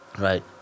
Right